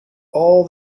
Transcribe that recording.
all